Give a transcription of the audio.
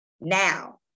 now